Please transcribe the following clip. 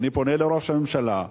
ואני פונה לראש הממשלה,